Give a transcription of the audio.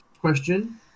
question